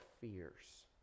fears